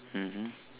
mmhmm